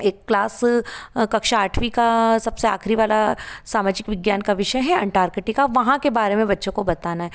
एक क्लास कक्षा आठवीं का सबसे आखिरी वाला समाजिक विज्ञान का विषय है अंटार्कटिका वहाँ के बारे में बच्चों को बताना है